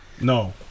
No